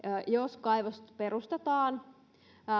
jos kaivos perustetaan